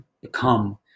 become